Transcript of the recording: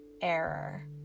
error